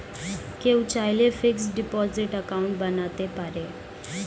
কেউ চাইলে fixed deposit account বানাতে পারেন